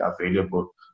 available